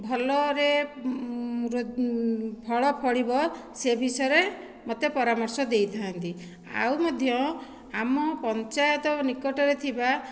ଭଲରେ ଫଳ ଫଳିବ ସେ ବିଷୟରେ ମୋତେ ପରାମର୍ଶ ଦେଇଥାନ୍ତି ଆଉ ମଧ୍ୟ ଆମ ପଞ୍ଚାୟତ ନିକଟରେ ଥିବା